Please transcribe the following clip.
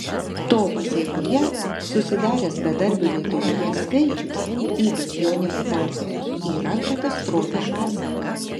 to pasėkoje susidaręs bedarbių lietuvoje skaičius ypač jaunimo tarpe yra katastrofiškas